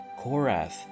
Korath